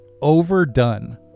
overdone